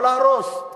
לא להרוס,